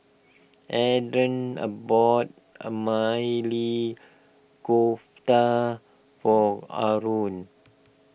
Adrain a bought a Maili Kofta for Aron